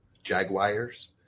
Jaguars